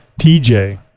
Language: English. TJ